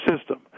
system